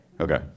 Okay